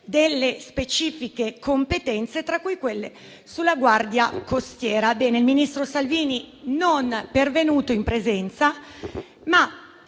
delle specifiche competenze, tra cui quelle sulla Guardia costiera. Ebbene, il ministro Salvini non è pervenuto in presenza, ma